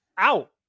Ow